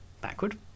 backward